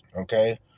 Okay